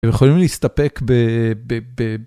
הם יכולים להסתפק ב.